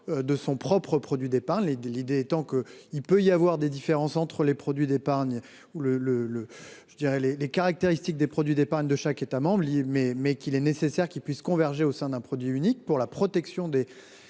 De son propre produit d'épargne les. L'idée étant que il peut y avoir des différences entre les produits d'épargne ou le le le je dirais les les caractéristiques des produits d'épargne de chaque État membre. Mais, mais qu'il est nécessaire qu'ils puissent converger au sein d'un produit unique pour la protection des